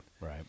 Right